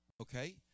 Okay